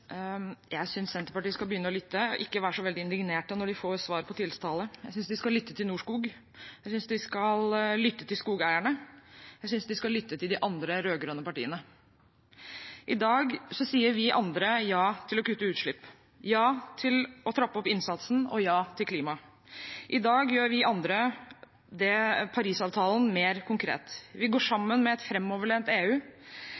Jeg synes Senterpartiet skal begynne å lytte og ikke være så veldig indignerte når de får svar på tiltale. Jeg synes de skal lytte til Norskog, jeg synes de skal lytte til skogeierne, jeg synes de skal lytte til de andre rød-grønne partiene. I dag sier vi andre ja til å kutte utslipp, ja til å trappe opp innsatsen, og ja til klima. I dag gjør vi andre Parisavtalen mer konkret. Vi går